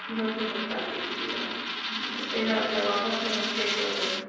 दो सौ सतासी थी विया हलो तेरहां रुपया वापसि कंदसि टे सौ रुपये में